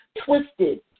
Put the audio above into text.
twisted